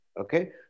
Okay